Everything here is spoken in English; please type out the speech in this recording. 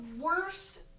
worst